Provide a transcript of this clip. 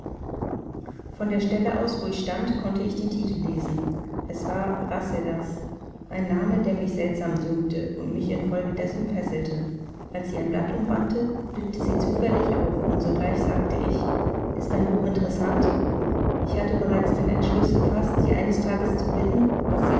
von der stelle aus wo ich stand konnte ich den titel lesen es war rasselas ein name der mich seltsam dünkte und mich infolgedessen fesselte als sie ein blatt umwandte blickte sie zufällig auf und sogleich sagte ich ist dein buch interessant ich hatte bereits den entschluß gefaßt sie eines tages zu bitten daß sie